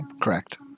Correct